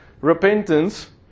repentance